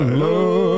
love